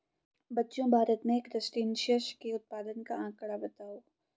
बच्चों भारत में क्रस्टेशियंस के उत्पादन का आंकड़ा बताओ?